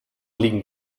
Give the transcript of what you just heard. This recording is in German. liegen